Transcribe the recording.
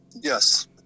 Yes